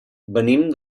venim